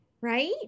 Right